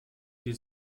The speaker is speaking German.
die